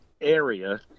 area